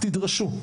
תדרשו.